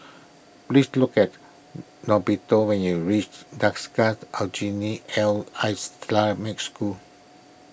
please look at Norberto when you reach Aljunied L Islamic School